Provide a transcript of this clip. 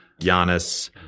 Giannis